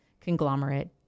conglomerate